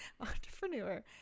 entrepreneur